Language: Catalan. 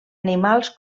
animals